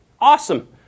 awesome